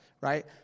right